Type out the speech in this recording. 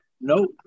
no